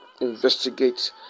investigate